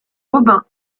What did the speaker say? robin